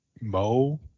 Mo